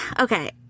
okay